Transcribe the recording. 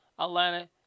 Atlanta